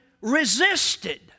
resisted